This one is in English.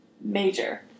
Major